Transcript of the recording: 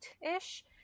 ish